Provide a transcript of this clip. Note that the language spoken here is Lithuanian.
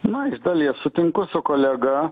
na iš dalies sutinku su kolega